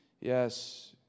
yes